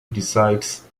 decides